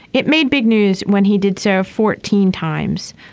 it made big news when he did serve fourteen times.